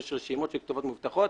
יש רשימות של כתובות מאובטחות